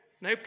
no